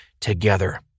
together